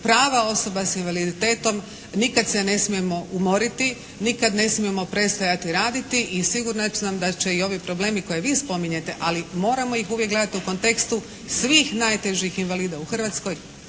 prava osoba sa invaliditetom. Nikad se ne smijemo umoriti, nikad ne smijemo prestajati raditi i siguran sam da će i ovi problemi koje vi spominjete ali moramo ih uvijek gledati u kontekstu svih najtežih invalida u Hrvatskoj